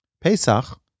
Pesach